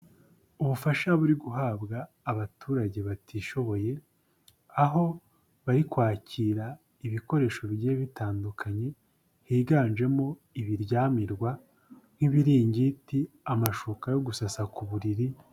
Ubufasha buri guhabwa abaturage batishoboye, aho bari kwakira ibikoresho bigiye bitandukanye, higanjemo ibiryamirwa nk'ibiringiti, amashuka yo gusasa ku buriri.